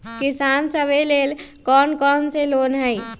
किसान सवे लेल कौन कौन से लोने हई?